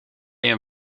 een